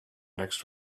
next